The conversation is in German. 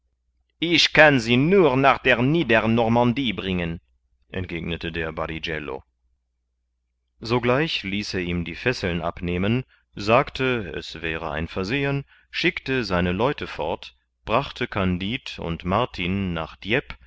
ich kann sie nur nach der niedernormandie bringen entgegnete der barigello sogleich ließ er ihm die fesseln abnehmen sagte es wäre ein versehen schickte seine leute fort brachte kandid und martin nach dieppe